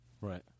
Right